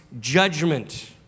judgment